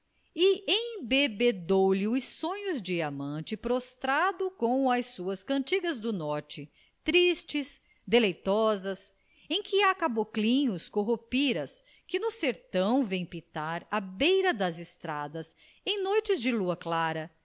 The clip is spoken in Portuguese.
embebedou lhe os sonhos de amante prostrado com as suas cantigas do norte tristes deleitosas em que há caboclinhos curupiras que no sertão vêm pitar à beira das estradas em noites de lua clara